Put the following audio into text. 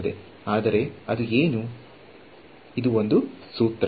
ಈಗ ಅವಿಭಾಜ್ಯವನ್ನು ಬಯಸಿದರೆ ನಾನು ಅದು ಫಂಕ್ಷನ್ ನ ಮೌಲ್ಯವನ್ನು ಸರಿಯಾಗಿ ಬದಲಾಯಿಸುತ್ತದೆ